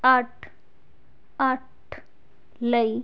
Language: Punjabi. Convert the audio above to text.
ਅੱਠ ਅੱਠ ਲਈ